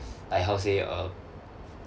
like how to say uh